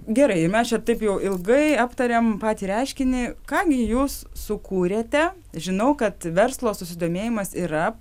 gerai ir mes čia taip jau ilgai aptarėm patį reiškinį ką gi jūs sukūrėte žinau kad verslo susidomėjimas yra